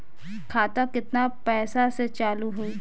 खाता केतना पैसा से चालु होई?